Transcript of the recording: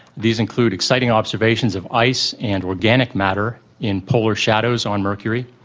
these include exciting observations of ice and organic matter in polar shadows on mercury,